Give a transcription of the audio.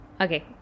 Okay